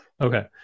Okay